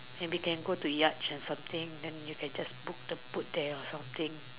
and maybe we can go to yacht and something then you can just book the boat there or something